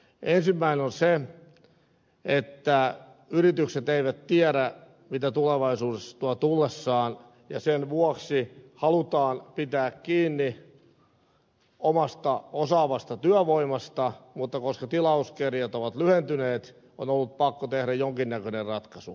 ensimmäinen on se että yritykset eivät tiedä mitä tulevaisuus tuo tullessaan ja sen vuoksi halutaan pitää kiinni omasta osaavasta työvoimasta mutta koska tilauskirjat ovat lyhentyneet on ollut pakko tehdä jonkinnäköinen ratkaisu